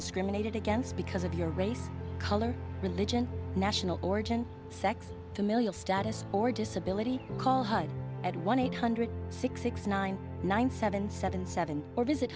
discriminated against because of your race color religion national origin sex to millions status or disability call at one eight hundred six six nine nine seven seven seven or